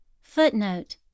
Footnote